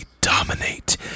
dominate